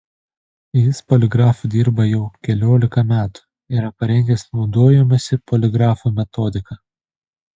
jis poligrafu dirba jau keliolika metų yra parengęs naudojimosi poligrafu metodiką